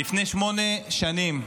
לפני שמונה שנים,